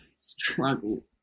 struggle